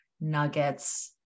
nuggets